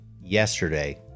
yesterday